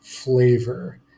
flavor